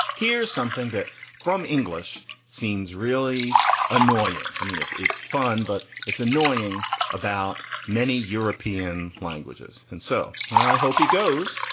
here's something that from english seems really annoying. i mean, it's it's fun, but it's annoying about many european languages. and so i hope he goes,